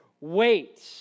wait